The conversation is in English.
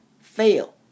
fail